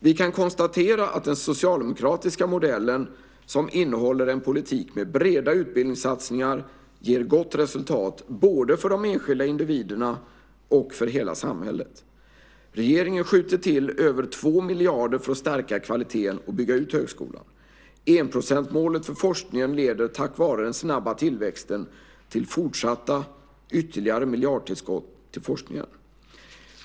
Vi kan konstatera att den socialdemokratiska modellen, som innehåller en politik med breda utbildningssatsningar, ger gott resultat både för de enskilda individerna och för hela samhället. Regeringen skjuter till över 2 miljarder för att stärka kvaliteten och bygga ut högskolan. Enprocentsmålet för forskningen leder, tack vare den snabba tillväxten, till fortsatta ytterligare miljardtillskott till forskningen.